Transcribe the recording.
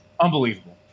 unbelievable